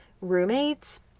roommates